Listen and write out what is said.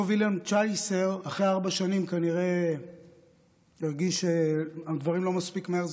אותו וילהלם צייסר הרגיש שהדברים לא זזים מספיק מהר,